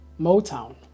Motown